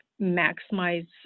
maximize